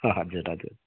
हजुर हजुर